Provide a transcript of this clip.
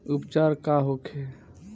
उपचार का होखे?